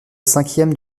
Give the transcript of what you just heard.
cinquième